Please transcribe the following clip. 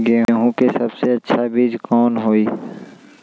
गेंहू के सबसे अच्छा कौन बीज होई?